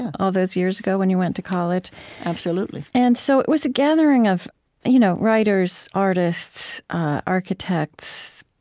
all those years ago, when you went to college absolutely and so it was a gathering of you know writers, artists, architects,